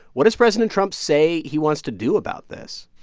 what does president trump say he wants to do about this?